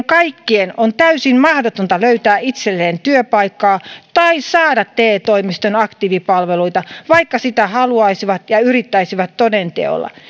kaikkien täysin mahdotonta löytää itselleen työpaikkaa tai saada te toimiston aktiivipalveluita vaikka sitä haluaisivat ja yrittäisivät toden teolla